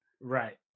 Right